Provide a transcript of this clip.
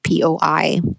POI